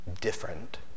different